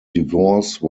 divorce